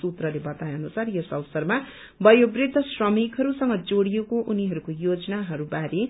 सूत्रले बताए अनुसार यस अवसरमा वयोवृद्ध श्रमिकहरूसँग जोड़िएको उनीहरूको योजनाहरू बारे